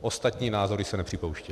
Ostatní názory se nepřipouštěly.